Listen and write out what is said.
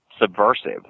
subversive